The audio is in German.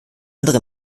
andere